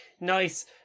nice